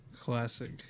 Classic